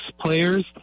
players